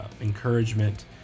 encouragement